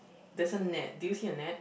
there's a net do you see a net